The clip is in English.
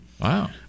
Wow